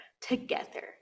together